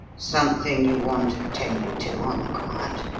something you want attended to on the quiet?